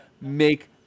make